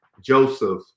Joseph